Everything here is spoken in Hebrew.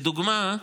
לדוגמה,